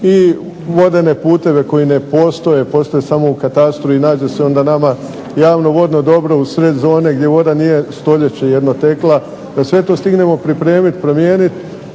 i vodene puteve koji ne postoje, postoje samo u katastru i nađu se onda nama javno-vodno dobro usred zone gdje voda nije stoljeće jedno tekla da sve to stignemo pripremiti, promijeniti